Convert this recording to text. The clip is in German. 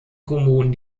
kommunen